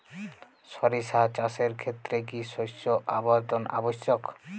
সরিষা চাষের ক্ষেত্রে কি শস্য আবর্তন আবশ্যক?